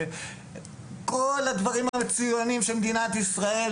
וכל הדברים הציוניים של מדינת ישראל.